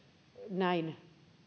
näin